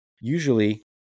Usually